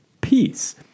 peace